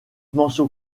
mention